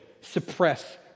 suppress